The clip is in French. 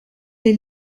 est